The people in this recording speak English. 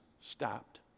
stopped